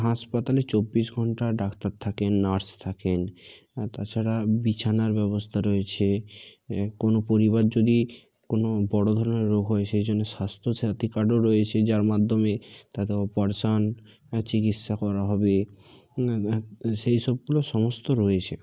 হাসপাতালে চব্বিশ ঘন্টা ডাক্তার থাকে নার্স থাকেন আর তাছাড়া বিছানার ব্যবস্তা রয়েছে কোনো পরিবার যদি কোনো বড়ো ধরনের রোগ হয় সেই জন্য স্বাস্থ্য সাথী কার্ডও রয়েছে যার মাধ্যমে তাদের অপারেশন চিকিৎসা করা হবে সেই সবগুলো সমস্ত রয়েছে